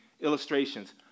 illustrations